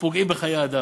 ופוגעים בחיי אדם.